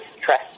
stress